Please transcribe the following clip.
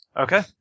Okay